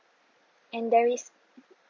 and there is